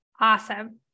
Awesome